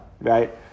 Right